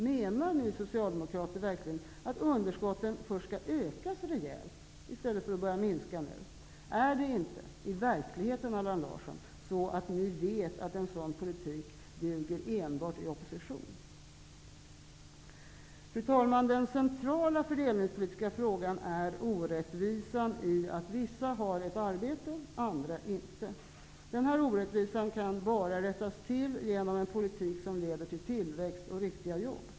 Menar ni socialdemokrater verkligen att underskotten nu skall ökas rejält i stället för att minskas? Är det inte i verkligheten så, Allan Larsson, att ni vet att en sådan politik enbart duger i opposition? Fru talman! Den centrala fördelningspolitiska frågan är orättvisan i att vissa har ett arbete och andra inte. Denna orättvisa kan bara rättas till genom en politik som leder till tillväxt och riktiga jobb.